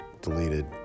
deleted